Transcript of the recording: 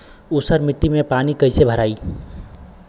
ऊसर मिट्टी में पानी कईसे भराई?